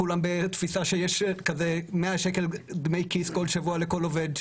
כולם בתפיסה שיש 100 שקל דמי כיס כל שבוע לכל עובד,